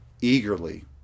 eagerly